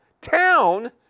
town